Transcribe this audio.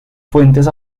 fuentes